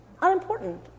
unimportant